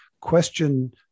question